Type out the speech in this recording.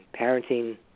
parenting